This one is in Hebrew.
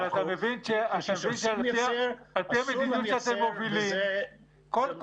אסור לייצר, וזה לא ביטחון מזון.